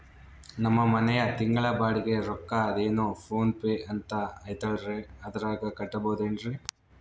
ನಮ್ಮ ಮನೆಯ ತಿಂಗಳ ಬಾಡಿಗೆ ರೊಕ್ಕ ಅದೇನೋ ಪೋನ್ ಪೇ ಅಂತಾ ಐತಲ್ರೇ ಅದರಾಗ ಕಟ್ಟಬಹುದೇನ್ರಿ?